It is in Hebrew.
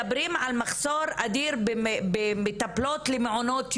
מדברים על מחסור אדיר במטפלות למעונות יום,